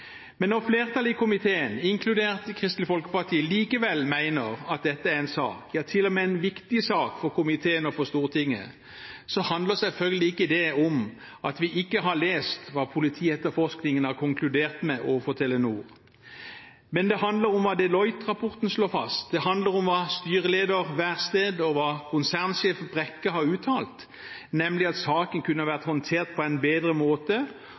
Men når flertallet i komiteen, inkludert Kristelig Folkeparti, likevel mener at dette er en sak, til og med en viktig sak, for komiteen og for Stortinget, handler det selvfølgelig ikke om at vi ikke har lest hva politietterforskningen har konkludert med overfor Telenor. Det handler om hva Deloitte-rapporten slår fast, det handler om hva styreleder Wærsted og konsernsjef Brekke har uttalt, nemlig at saken kunne vært håndtert på en bedre måte,